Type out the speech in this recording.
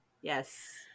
Yes